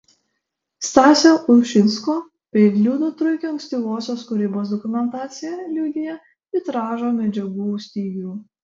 stasio ušinsko bei liudo truikio ankstyvosios kūrybos dokumentacija liudija vitražo medžiagų stygių